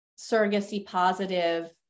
surrogacy-positive